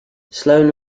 sloane